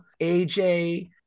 AJ